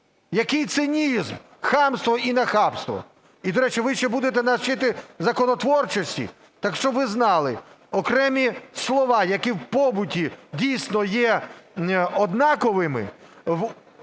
Який цинізм, хамство і нахабство! І, до речі, ви ще будете нас вчити законотворчості? Так щоб ви знали, окремі слова, які в побуті дійсно є однаковими,